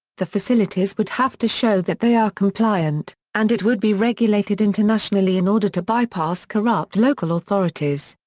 the facilities would have to show that they are compliant, and it would be regulated internationally in order to bypass corrupt local authorities.